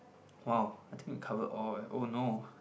!wow! I think we cover all eh oh no